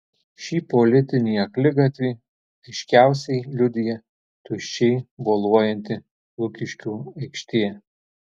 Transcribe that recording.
šį politinį akligatvį aiškiausiai liudija tuščiai boluojanti lukiškių aikštė